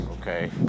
Okay